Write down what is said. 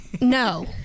No